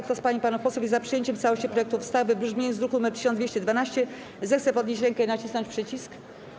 Kto z pań i panów posłów jest za przyjęciem w całości projektu ustawy w brzmieniu z druku nr 1212, zechce podnieść rękę i nacisnąć przycisk.